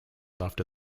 after